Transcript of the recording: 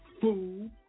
food